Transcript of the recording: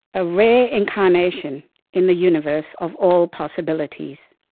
a rare incarnation in the universe of all possibilities.